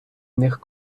них